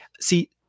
See